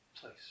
place